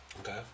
Okay